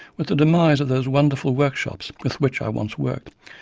with the demise of those wonderful workshops with which i once worked,